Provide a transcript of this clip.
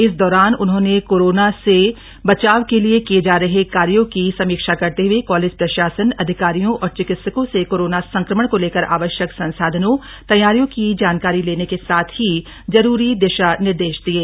इस दौरान उन्होंने कोरोना से बचाव के लिए किये जा रहे कार्यो की समीक्षा करते हुए कॉलेज प्रशासन अधिकारियों और चिकित्सकों से कोरोना संक्रमण को लेकर आवश्यक संसाधनों तैयारियों की जानकारी लेने के साथ ही जरूरी दिशा निर्देश दिये